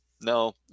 No